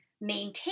maintain